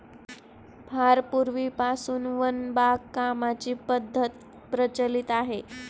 फार पूर्वीपासून वन बागकामाची पद्धत प्रचलित आहे